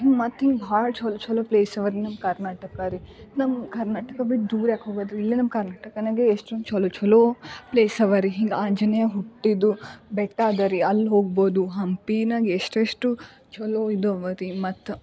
ಹಿಂಗ ಮತ್ತೆ ಹಿಂಗ ಭಾಳ ಚೆಲೋ ಚೆಲೋ ಪ್ಲೇಸ್ ಇವೆ ರೀ ನಮ್ಮ ಕರ್ನಾಟಕ ರೀ ನಮ್ಮ ಕರ್ನಾಟಕ ಬಿಟ್ಟು ದೂರ ಯಾಕೆ ಹೋಗೋದು ಇಲ್ಲೇ ನಮ್ಮ ಕರ್ನಾಟಕದಾಗೆ ಎಷ್ಟೊಂದು ಚೆಲೋ ಚೆಲೋ ಪ್ಲೇಸ್ ಇವೆ ರೀ ಹಿಂಗ ಆಂಜನೇಯ ಹುಟ್ಟಿದ್ದು ಬೆಟ್ಟ ಇದೆ ರೀ ಅಲ್ಲಿ ಹೋಗಬೋದು ಹಂಪಿಯಾಗೆ ಎಷ್ಟೆಷ್ಟು ಚೆಲೋ ಇದು ಇವೆ ರೀ ಮತ್ತು